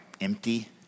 empty